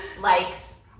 likes